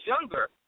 younger